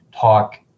talk